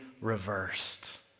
reversed